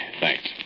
Thanks